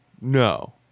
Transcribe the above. No